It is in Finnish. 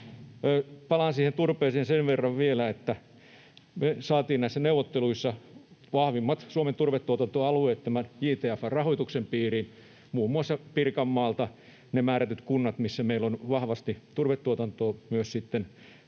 siihen turpeeseen sen verran vielä, että me saatiin näissä neuvotteluissa vahvimmat Suomen turvetuotantoalueet tämän JTF:n rahoituksen piiriin, muun muassa Pirkanmaalta ne määrätyt kunnat, missä meillä on vahvasti turvetuotantoa, myös sitten